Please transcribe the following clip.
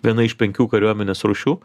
viena iš penkių kariuomenės rūšių